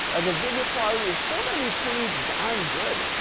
the video quality is still gonna be pretty darn good.